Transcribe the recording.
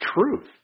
truth